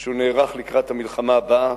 שהוא נערך לקראת המלחמה הבאה,